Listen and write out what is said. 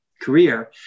career